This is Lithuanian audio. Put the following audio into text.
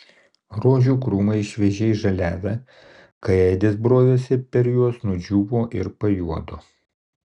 rožių krūmai šviežiai žaliavę kai edis brovėsi per juos nudžiūvo ir pajuodo